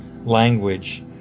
language